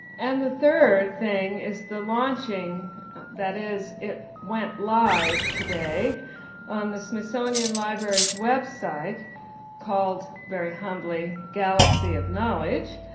and the third thing is the launching that is it went live today on the smithsonian library's website called very humbly galaxy of knowledge,